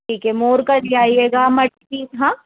ठीक है मोर का ले आइएगा मटकी हाँ